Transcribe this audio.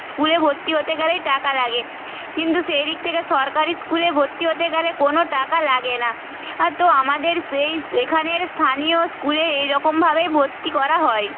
স্কুলে ভর্তি হতে গেলেই টাকা লাগে কিন্তু সেই দিক থেকে সরকারি স্কুলে ভর্তি হতে গেলে কোনো টাকা লাগে না তো আমাদের সেইস্ এখানের স্থানীয় স্কুলে এই রকমভাবে ভর্তি করা হয়